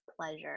pleasure